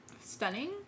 Stunning